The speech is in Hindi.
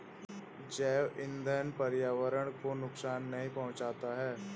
जैव ईंधन पर्यावरण को नुकसान नहीं पहुंचाता है